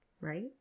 Right